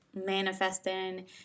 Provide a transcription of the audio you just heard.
manifesting